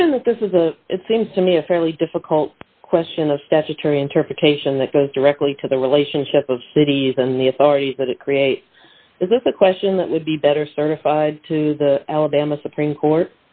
given that this is a it seems to me a fairly difficult question a statutory interpretation that goes directly to the relationship of cities and the authority that it creates is a question that would be better certified to the alabama supreme court